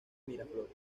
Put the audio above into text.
miraflores